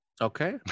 okay